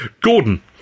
Gordon